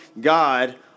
God